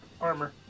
armor